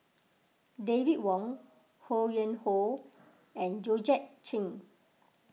David Wong Ho Yuen Hoe and Georgette Chen